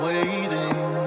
Waiting